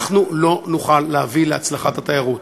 לא נוכל להביא להצלחת התיירות.